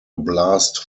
blast